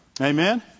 Amen